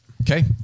Okay